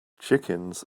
chickens